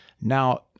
now